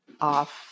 off